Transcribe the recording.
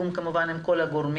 כמובן בתיאום עם כל הגורמים,